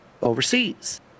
Overseas